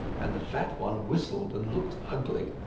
and the fat one whistled and looked ugly.